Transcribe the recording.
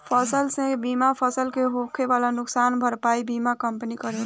फसलसन के बीमा से फसलन के होए वाला नुकसान के भरपाई बीमा कंपनी करेले